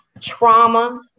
trauma